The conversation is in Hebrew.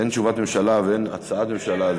אין תשובת ממשלה ואין הצעת ממשלה.